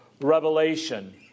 revelation